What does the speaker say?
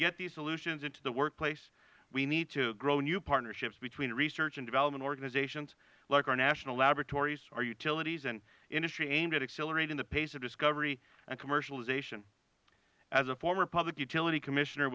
get these solutions into the workplace we need to grow new partnerships between research and development organizations like our national laboratories our utilities and industry aimed at accelerating the pace of discovery and commercialization as a former public utility commissioner